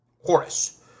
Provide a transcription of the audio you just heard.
Horace